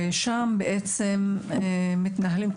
ושם בעצם מתנהלים האתגרים.